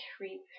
read